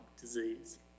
disease